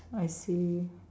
I see